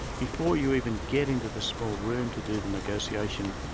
before you even get into the small room to do the negotiation,